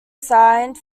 signed